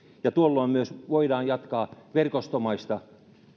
ja tuolloin myös voidaan jatkaa verkostomaista